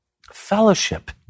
fellowship